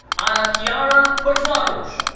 annachiara korchmaros.